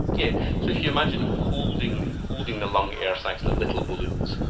yeah so if you imagine holding holding the lung air sacs like little balloons,